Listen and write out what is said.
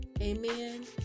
amen